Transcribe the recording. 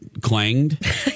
clanged